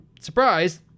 surprise